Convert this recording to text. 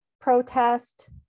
protest